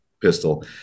pistol